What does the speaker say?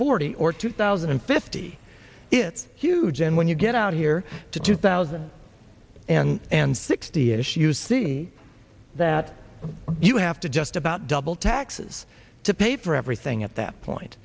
forty or two thousand and fifty it's huge and when you get out here to two thousand and sixty ish you see that you have to just about double taxes to pay for everything at that point